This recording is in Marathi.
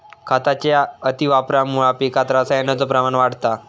खताच्या अतिवापरामुळा पिकात रसायनाचो प्रमाण वाढता